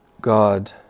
God